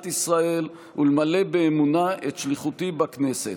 ישראל ולמלא באמונה את שליחותי בכנסת.